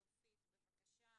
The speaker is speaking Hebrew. צופית, בבקשה.